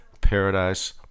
Paradise